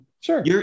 Sure